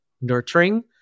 nurturing